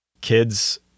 kids